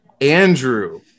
Andrew